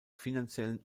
finanziellen